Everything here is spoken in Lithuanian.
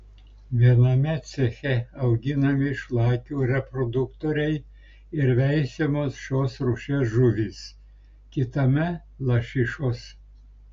viename ceche auginami šlakių reproduktoriai ir veisiamos šios rūšies žuvys kitame lašišos